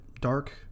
dark